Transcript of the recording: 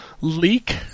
leak